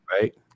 right